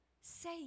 Say